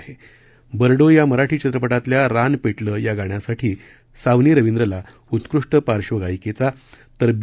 बडो या मराठी चित्रप तल्या रान पे िलं या गाण्यासाठी सावनी रविंद्रला उत्कृष्ट पार्श्वगायीकेचा तर बी